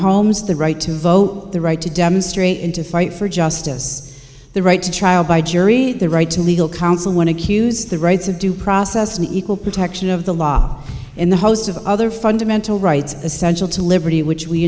homes the right to vote the right to demonstrate and to fight for justice the right to trial by jury the right to legal counsel when accused the rights of due process an equal protection of the law in the host of other fundamental rights essential to liberty which we